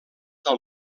del